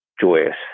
joyous